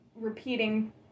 repeating